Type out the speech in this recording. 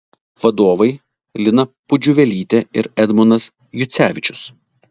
vadovai lina pudžiuvelytė ir edmundas jucevičius